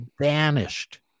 vanished